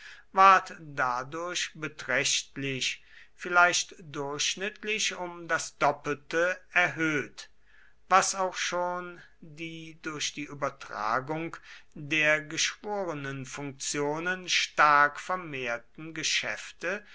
ward dadurch beträchtlich vielleicht durchschnittlich um das doppelte erhöht was auch schon die durch die übertragung der geschworenenfunktionen stark vermehrten geschäfte